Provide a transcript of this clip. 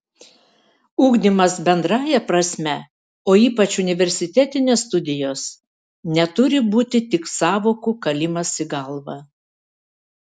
ugdymas bendrąja prasme o ypač universitetinės studijos neturi būti tik sąvokų kalimas į galvą